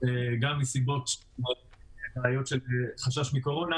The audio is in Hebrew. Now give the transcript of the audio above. גם מסיבות של חשש מקורונה